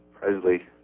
Presley